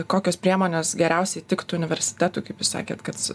kokios priemonės geriausiai tiktų universitetui kaip jūs sakėt kad